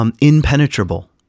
impenetrable